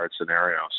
scenarios